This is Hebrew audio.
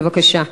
בבקשה.